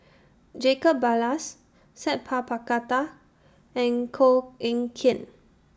Jacob Ballas Sat Pal Khattar and Koh Eng Kian